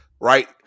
right